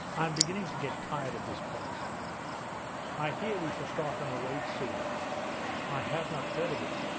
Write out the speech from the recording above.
i'm beginning to get tired of this place i hear we shall start on a raid soon i have not heard of it